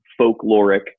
folkloric